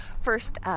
First